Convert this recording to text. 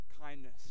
kindness